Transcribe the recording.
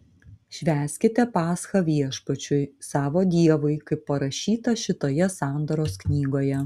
švęskite paschą viešpačiui savo dievui kaip parašyta šitoje sandoros knygoje